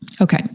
Okay